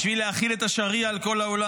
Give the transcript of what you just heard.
בשביל להחיל את השריעה על כל העולם.